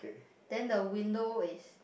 then the window is